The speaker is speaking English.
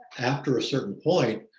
after a certain point,